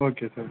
okay sir